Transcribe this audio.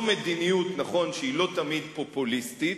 נכון שזו מדיניות שהיא לא תמיד פופוליסטית,